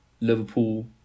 Liverpool